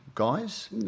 guys